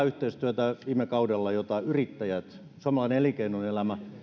yhteistyötä viime kaudella jota yrittäjät samoin elinkeinoelämä